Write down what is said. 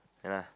no lah